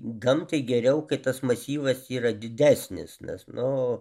gamtai geriau kai tas masyvas yra didesnis nes nu